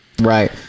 right